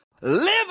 live